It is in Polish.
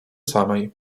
samej